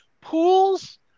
Pools